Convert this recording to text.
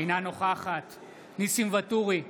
אינה נוכחת ניסים ואטורי,